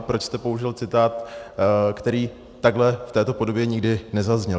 Proč jste použil citát, který takhle, v této podobě nikdy nezazněl?